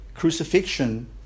Crucifixion